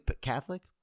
Catholic